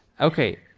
Okay